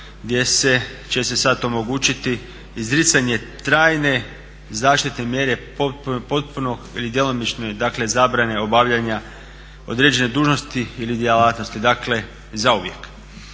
gdje će se sad omogućiti izricanje trajne zaštitne mjere potpune ili djelomične zabrane obavljanja određene dužnosti ili djelatnosti dakle zauvijek.